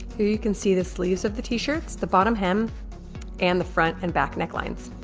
you can see the sleeves of the t-shirts the bottom hem and the front and back necklines